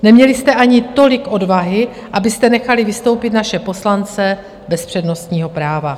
Neměli jste ani tolik odvahy, abyste nechali vystoupit naše poslance bez přednostního práva.